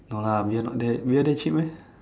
no lah we're not that we're that cheap meh